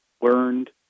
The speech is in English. learned